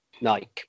Nike